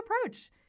approach